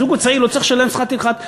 הזוג הצעיר לא צריך לשלם שכר טרחת עורכי-דין.